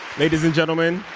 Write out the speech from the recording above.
ladies and gentlemen,